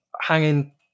hanging